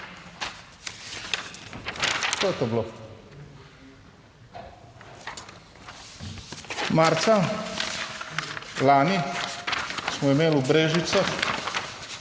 To je to bilo. Marca lani smo imeli v Brežicah